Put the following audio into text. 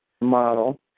model